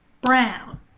Brown